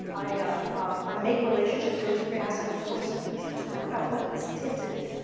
i i make relationships go too fast. i force things. i talk about what this did to me.